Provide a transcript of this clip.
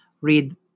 read